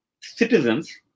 citizens